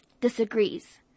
disagrees